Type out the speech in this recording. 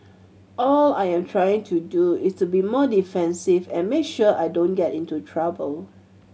all I am trying to do is to be more defensive and make sure I don't get into trouble